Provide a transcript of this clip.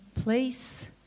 place